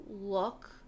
look